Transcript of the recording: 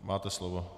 Máte slovo.